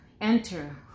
Enter